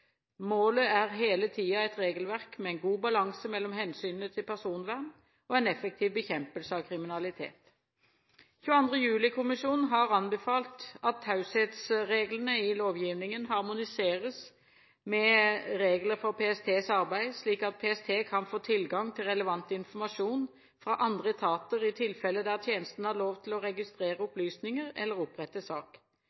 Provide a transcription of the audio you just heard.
Målet er hele tiden et regelverk med en god balanse mellom hensynene til personvern og en effektiv bekjempelse av kriminalitet. 22. juli-kommisjonen har anbefalt at taushetsreglene i lovgivningen harmoniseres med regler for PSTs arbeid, slik at PST kan få tilgang til relevant informasjon fra andre etater i tilfeller der tjenesten har lov til å registrere